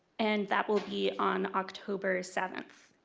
and that will be on october seventh.